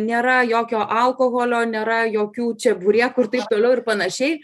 nėra jokio alkoholio nėra jokių čeburekų ir taip toliau ir panašiai